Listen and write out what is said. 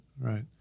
right